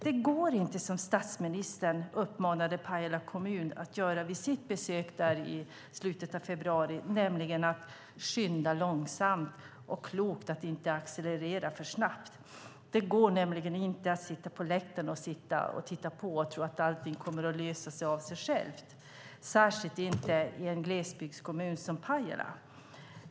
Det går inte att göra som statsministern uppmanade Pajala kommun att göra vid sitt besök där i slutet av februari, nämligen att skynda långsamt för att det är klokt att inte accelerera för snabbt. Det går nämligen inte att sitta på läktaren och titta på och tro att allting kommer att lösa sig av sig självt, särskilt inte i en glesbygdskommun som Pajala.